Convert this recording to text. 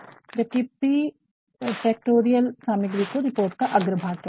जबकि प्रीफेक्टोरिअल सामग्री को रिपोर्ट का अग्रभाग कहते हैं